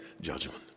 judgment